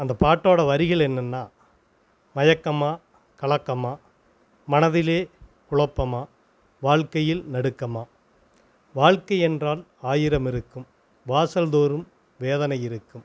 அந்த பாட்டோட வரிகள் என்னென்னா மயக்கமா கலக்கமா மனதிலே குழப்பமா வாழ்க்கையில் நடுக்கமா வாழ்க்கை என்றால் ஆயிரம் இருக்கும் வாசல்தோறும் வேதனை இருக்கும்